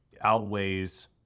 outweighs